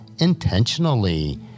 intentionally